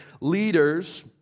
leaders